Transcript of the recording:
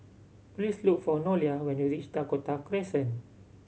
please look for Nolia when you reach Dakota Crescent